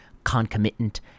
concomitant